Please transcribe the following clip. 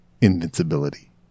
invincibility